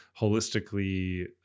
holistically